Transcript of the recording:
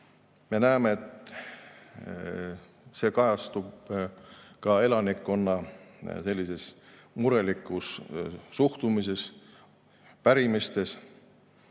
Me näeme, et see kajastub ka elanikkonna murelikus suhtumises, pärimistes.